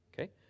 Okay